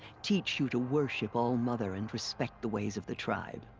teach you to worship all-mother, and respect the ways of the tribe.